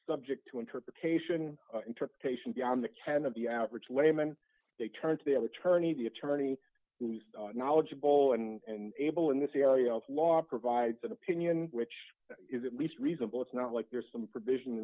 subject to interpretation interpretation beyond the ken of the average layman they turn to their attorney the attorney who's knowledgeable and able in this area of law provides an opinion which is at least reasonable it's not like there's some provision